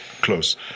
close